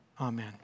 Amen